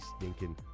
stinking